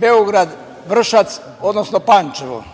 Beograd–Vršac, odnosno Pančevo.Za